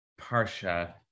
Parsha